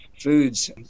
foods